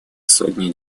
сотни